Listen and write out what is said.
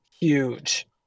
huge